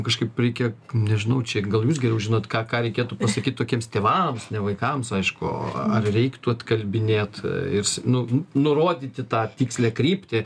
kažkaip reikia nežinau čia gal jūs geriau žinot ką ką reikėtų pasakyt tokiems tėvams ne vaikams aišku o ar reiktų atkalbinėt ir s nu nurodyti tą tikslią kryptį